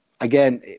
Again